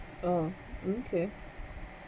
oh okay